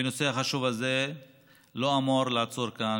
הנושא החשוב הזה לא אמור לעצור כאן,